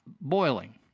boiling